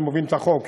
שהם מובילים את החוק,